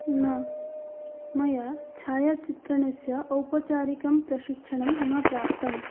न मया छायाचित्रणस्य औपचारिकं प्रशिक्षणं न प्राप्तम्